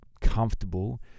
comfortable